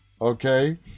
okay